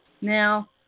Now